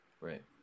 Right